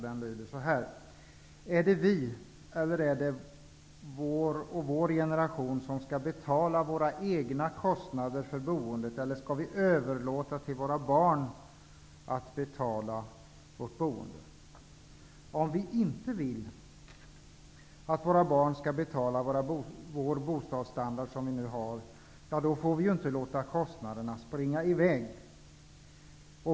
Den lyder: Är det vi och vår generation som skall betala våra egna kostnader för boendet eller skall vi överlåta till våra barn att betala vårt boende? Om vi inte vill att våra barn skall betala den bostadsstandard som vi nu har får vi inte låta kostnaderna springa i väg.